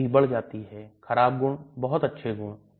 इसको jejunum कहा जाता है फिर इसको ileum कहा जाता है